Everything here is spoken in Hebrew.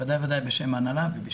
ודאי בשם ההנהלה ובשמי.